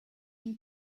him